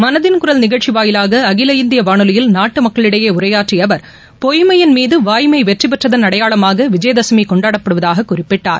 மனதின் குரல் நிகழ்ச்சி வாயிலாக அகில இந்திய வானொலியில் நாட்டு மக்களிடையே உரையாற்றிய அவர் பொய்மையின் மீது வாய்மை வெற்றி பெற்றதன் அடையாளமாக விஜயதசமி கொண்டாடப்படுவதாக குறிப்பிட்டார்